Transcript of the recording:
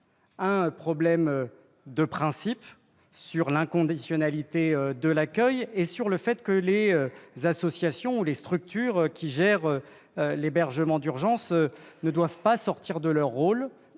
un problème de principe lié à l'inconditionnalité de l'accueil et au fait que les associations ou les structures qui gèrent l'hébergement d'urgence ne doivent pas sortir de leur rôle